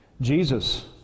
Jesus